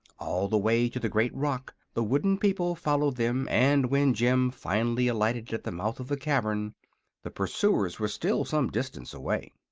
all the way to the great rock the wooden people followed them, and when jim finally alighted at the mouth of the cavern the pursuers were still some distance away.